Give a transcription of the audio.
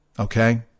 Okay